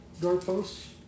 doorposts